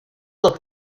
look